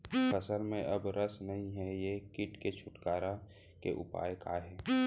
फसल में अब रस नही हे ये किट से छुटकारा के उपाय का हे?